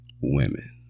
women